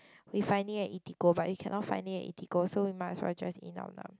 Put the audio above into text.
we finding at Eatigo but we cannot find it at Eatigo so we might as well just eat Nam-Nam